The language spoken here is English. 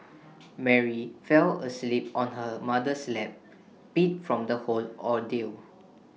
Mary fell asleep on her mother's lap beat from the whole ordeal